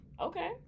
Okay